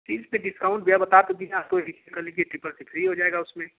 fees पर discount भैया बता तो दिया आपको डी सी ए कर लीजिये ट्रिपल सी फ्री हो जायेगा उसमें